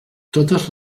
totes